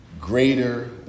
Greater